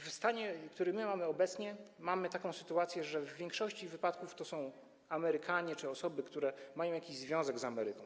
Ale w stanie, który my mamy obecnie, mamy taką sytuację, że w większości wypadków to są Amerykanie czy osoby, które mają jakiś związek z Ameryką.